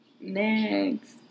Next